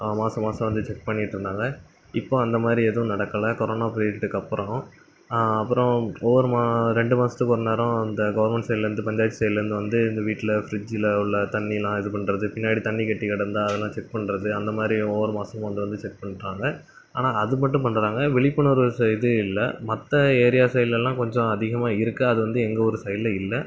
மாதம் மாதம் அதை செக் பண்ணிட்டு இருந்தாங்க இப்போ அந்த மாதிரி எதுவும் நடக்கல கொரோனா போயிட்க்கு அப்புறோம் அப்புறோம் ஒரு மா ரெண்டு மாதத்துக்கு ஒரு நேரம் அந்த கவர்மெண்ட் சைடுலேருந்து பஞ்சாயத்து சைடுலேருந்து வந்து இந்த வீட்டில் ஃப்ரிட்ஜில் உள்ள தண்ணியெல்லாம் இது பண்ணுறது பின்னாடி தண்ணி கட்டி நடந்தால் அதலாம் செக் பண்ணுறது அந்த மாதிரி ஒவ்வொரு மாதமும் வந்து வந்து செக் பண்ணுறாங்க ஆனால் அது மட்டும் பண்ணுறாங்க விழிப்புணர்வு செய்கிறதே இல்லை மற்ற ஏரியா சைடுலல்லாம் கொஞ்சம் அதிகமாக இருக்குது அது வந்து எங்கள் ஊரு சைடில் இல்லை